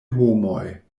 homoj